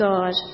God